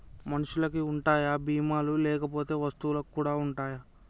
మనుషులకి ఉంటాయా బీమా లు లేకపోతే వస్తువులకు కూడా ఉంటయా?